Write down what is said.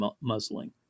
muzzling